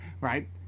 right